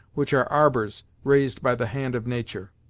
which are arbors raised by the hand of natur'.